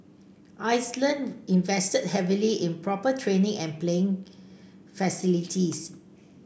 Iceland invested heavily in proper training and playing facilities